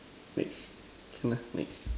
next can lah next